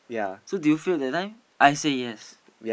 so do you fail that time I say yes